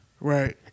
Right